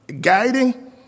guiding